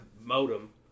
modem